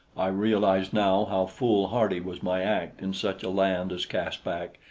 i realize now how foolhardy was my act in such a land as caspak,